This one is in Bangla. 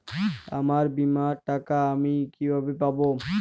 আমার বীমার টাকা আমি কিভাবে পাবো?